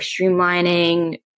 streamlining